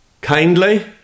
kindly